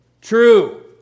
true